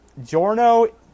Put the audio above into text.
Jorno